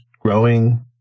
growing